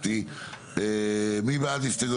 מי בעד?